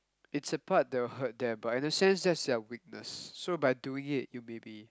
it's a part that will hurt them but in a sense that's their weakness so by doing it it will be